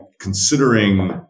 considering